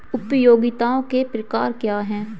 उपयोगिताओं के प्रकार क्या हैं?